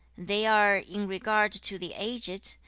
they are, in regard to the aged,